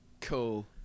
Cool